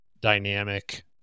dynamic